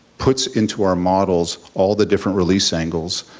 puts into our models all the different release angles,